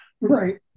Right